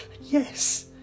Yes